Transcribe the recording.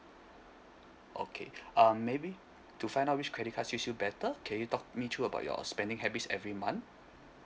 okay uh maybe to find out which credit card suits you better can you talk me through about your spending habits every month